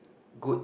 good